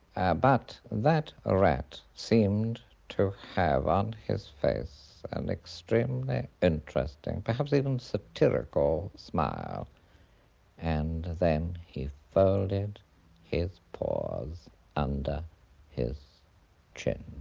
ah but that ah rat seemed to have on his face an extremely interesting, perhaps even satirical smile and then he folded his paws under his chin